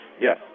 Yes